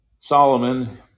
Solomon